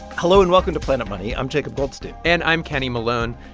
hello, and welcome to planet money. i'm jacob goldstein and i'm kenny malone.